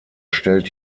stellt